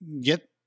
get